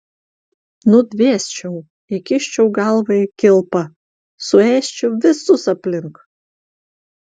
nudvėsčiau įkiščiau galvą į kilpą suėsčiau visus aplink